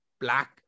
black